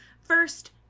first